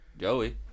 Joey